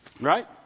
Right